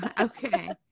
Okay